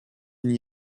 n’y